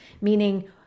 meaning